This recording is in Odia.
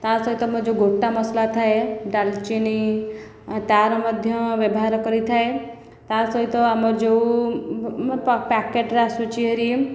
ତା'ସହିତ ଆମ ଯେଉଁ ଗୋଟା ମସଲା ଥାଏ ଡାଲଚିନି ତା'ର ମଧ୍ୟ ବ୍ୟବହାର କରିଥାଏ ତା'ସହିତ ଆମର ଯେଉଁ ପ୍ୟାକେଟ୍ରେ ଆସୁଛି ହାରି